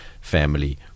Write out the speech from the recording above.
family